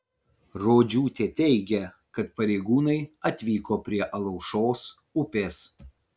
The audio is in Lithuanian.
rodžiūtė teigia kad pareigūnai atvyko prie alaušos upės